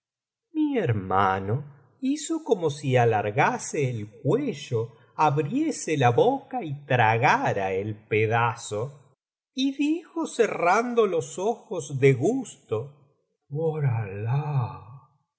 mi hermano hizo como si alargase el cuello abriese la boca y tragara el pedazo y dijo cerrando los ojos de gusto por alah